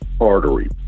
artery